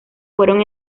fueron